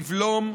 לבלום.